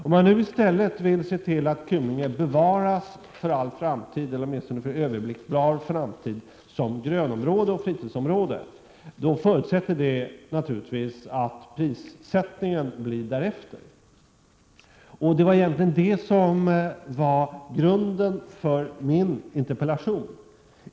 Om man nu i stället vill se till att Kymlinge bevaras för all framtid, eller åtminstone för överblickbar framtid, som grönområde och fritidsområde, så förutsätter detta naturligtvis att prissättningen blir därefter. Det var egentligen det som var bakgrunden till min interpellation.